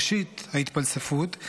ראשית ההתפלספות,